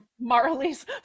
Marley's